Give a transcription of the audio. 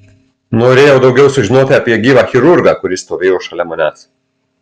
norėjau daugiau sužinoti apie gyvą chirurgą kuris stovėjo šalia manęs